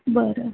बरं